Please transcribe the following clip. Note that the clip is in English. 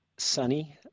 sunny